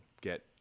get